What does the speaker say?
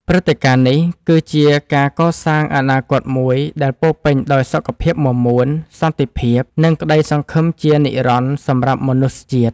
ព្រឹត្តិការណ៍នេះគឺជាការកសាងអនាគតមួយដែលពោរពេញដោយសុខភាពមាំមួន សន្តិភាព និងក្ដីសង្ឃឹមជានិរន្តរ៍សម្រាប់មនុស្សជាតិ។